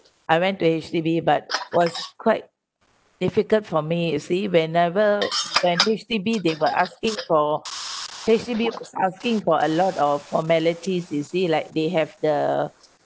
I went to H_D_B but was quite difficult for me you see when uh well when H_D_B they were asking for H_D_B asking for a lot of formalities you see like they have the